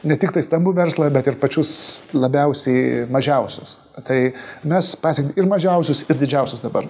ne tiktai stambų verslą bet ir pačius labiausiai mažiausius tai mes pasiekėm ir mažiausius ir didžiausius dabar